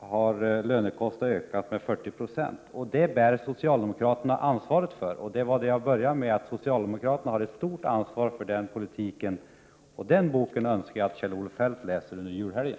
har lönekostnaderna ökat med 40 90. Detta bär socialdemokraterna ansvaret för. Jag sade redan tidigare att socialdemokraterna har ett stort ansvar för den politiken. Denna bok önskar jag att Kjell-Olof Feldt läser under julhelgen.